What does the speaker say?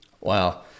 Wow